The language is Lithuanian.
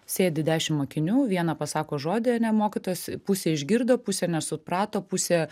sėdi dešimt mokinių vieną pasako žodį ane mokytojas pusė išgirdo pusė nesuprato pusė